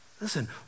Listen